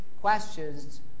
questions